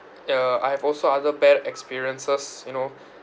ya I have also other bad experiences you know